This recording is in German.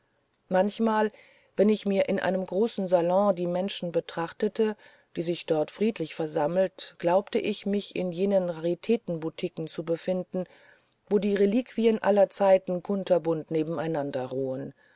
manchmal wenn ich mir in einem großen salon die menschen betrachtete die sich dort friedlich versammelt glaubte ich mich in jenen raritätenbutiken zu befinden wo die reliquien aller zeiten kunterbunt nebeneinander ruhen